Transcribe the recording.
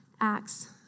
acts